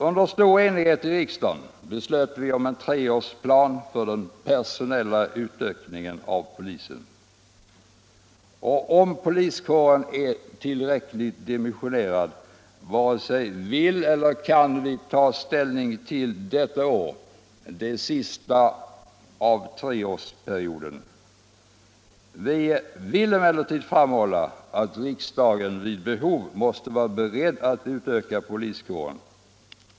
Under stor enighet beslöt vi här i riksdagen om en treårsplan för den personella utökningen av polisen. Frågan huruvida poliskåren är tillräckligt dimensionerad varken kan eller vill vi ta ställning till i år, det sista i treårsperioden. Vi vill emellertid framhålla att riksdagen vid behov måste vara beredd att utöka poliskåren.